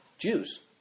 Jews